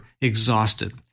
exhausted